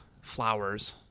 flowers